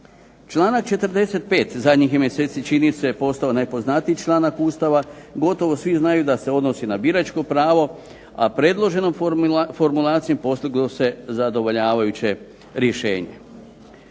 Članak 45. zadnjih je mjeseci čini se postao najpoznatiji članak Ustava. Gotovo svi znaju da se odnosi na biračko pravo, a predloženom formulacijom postiglo se zadovoljavajuće rješenje.